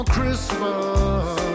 Christmas